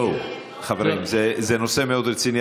זה נושא מאוד רציני.